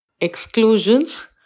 Exclusions